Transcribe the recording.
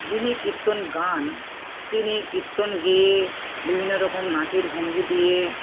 যিনি কীর্তন গান তিনি কীর্তন গেয়ে বিভিন্ন রকম নাচের ভঙ্গি দিয়ে